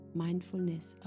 mindfulness